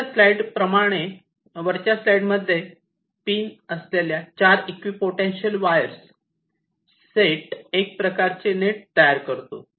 वरच्या स्लाईड मध्ये प्रमाणे पिन असलेल्या 4 इक्वि पोटेन्शियल वायर्स सेट एक प्रकारचे नेट तयार करतो